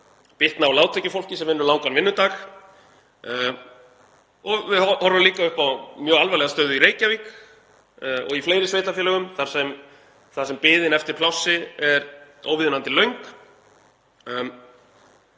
bitna á lágtekjufólki sem vinnur langan vinnudag. Við horfum líka upp á mjög alvarlega stöðu í Reykjavík og í fleiri sveitarfélögum þar sem biðin eftir plássi er óviðunandi löng.